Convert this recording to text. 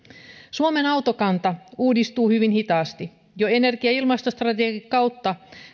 suomen autokanta uudistuu hyvin hitaasti jo energia ja ilmastostrategian kautta